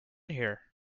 here